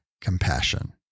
compassion